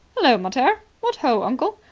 hullo, mater. what ho, uncle!